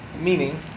Meaning